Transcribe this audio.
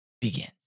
begins